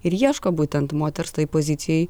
ir ieško būtent moters tai pozicijai